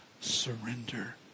surrender